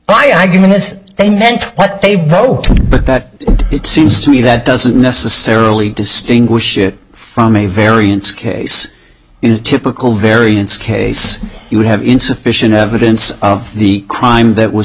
this they meant what they vote but that it seems to me that doesn't necessarily distinguish it from a variance case is typical variance case you would have insufficient evidence of the crime that was